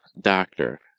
Doctor